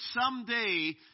someday